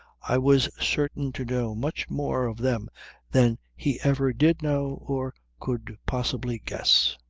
i was certain to know much more of them than he ever did know or could possibly guess.